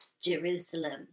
Jerusalem